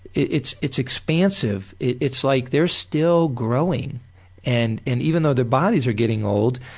it's it's expansive. it's like they're still growing and, and even though their bodies are getting old,